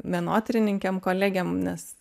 menotyrininkėm kolegėm nes